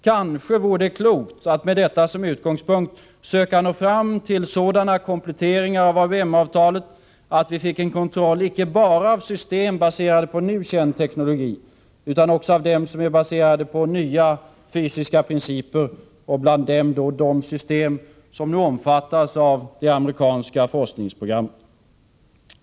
Kanske vore det klokt att med detta som utgångspunkt söka nå fram till sådana kompletteringar av ABM-avtalet att vi fick en kontroll icke bara av system baserade på nu känd teknologi utan också av dem som är baserade på nya fysiska principer, och bland dem de system som nu omfattas av det amerikanska forskningsprogrammet.